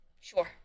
Sure